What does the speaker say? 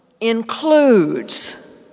includes